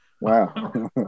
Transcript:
wow